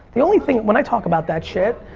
the only thing when i talk about that shit,